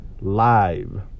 live